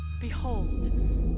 Behold